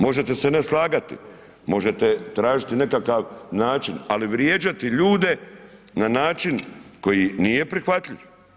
Možete se ne slagati, možete tražiti nekakav način, ali vrijeđati ljude na način koji nije prihvatljiv.